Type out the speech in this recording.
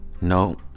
No